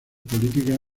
políticas